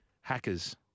hackers